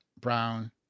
brown